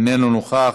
איננו נוכח,